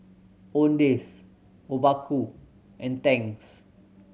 Owndays Obaku and Tangs